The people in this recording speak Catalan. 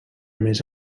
més